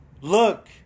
look